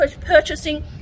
purchasing